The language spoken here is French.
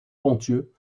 ponthieu